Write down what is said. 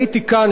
שמעתי,